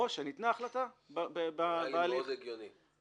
או שניתנה החלטה --- נראה לי מאוד הגיוני.